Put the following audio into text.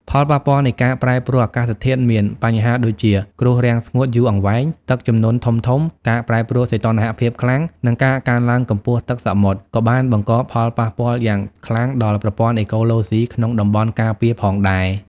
ផលប៉ះពាល់នៃការប្រែប្រួលអាកាសធាតុមាន បញ្ហាដូចជាគ្រោះរាំងស្ងួតយូរអង្វែង ទឹកជំនន់ធំៗ ការប្រែប្រួលសីតុណ្ហភាពខ្លាំង និងការកើនឡើងកម្ពស់ទឹកសមុទ្រ ក៏បានបង្កផលប៉ះពាល់យ៉ាងខ្លាំងដល់ប្រព័ន្ធអេកូឡូស៊ីក្នុងតំបន់ការពារផងដែរ។